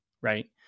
right